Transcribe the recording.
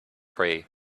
pray